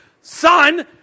son